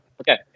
okay